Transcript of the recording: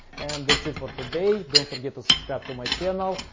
and that's it for today. don't forget to subscribe to my channel.